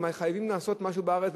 והם הרי חייבים לעשות משהו בארץ,